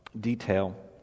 detail